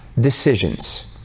decisions